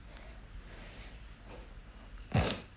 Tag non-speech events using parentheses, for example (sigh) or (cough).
(breath)